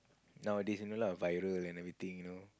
nowadays only lah viral and everything you know